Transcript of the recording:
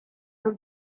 non